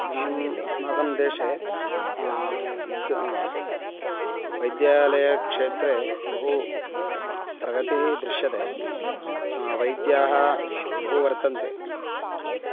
इदानीम् अस्माकं देशे विद् वैद्यालयक्षेत्रे बहु प्रगतिः दृश्यते वैद्याः बहु वर्तन्ते